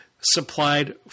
supplied